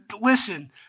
Listen